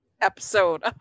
episode